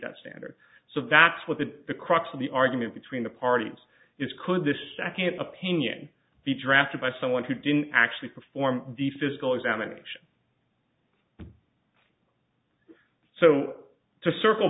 the standard so that's what the the crux of the argument between the parties is could this second opinion be drafted by someone who didn't actually perform the physical examination so to circle